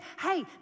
hey